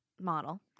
model